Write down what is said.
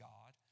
God